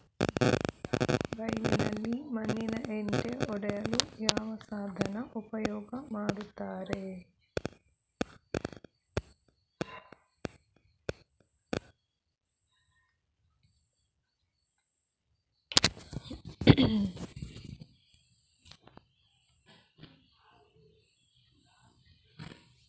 ಬೈಲಿನಲ್ಲಿ ಮಣ್ಣಿನ ಹೆಂಟೆ ಒಡೆಯಲು ಯಾವ ಸಾಧನ ಉಪಯೋಗ ಮಾಡುತ್ತಾರೆ?